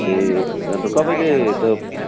ए अन्त तपाईँले त